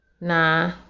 nah